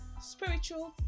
Spiritual